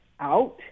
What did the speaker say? out